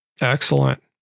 Excellent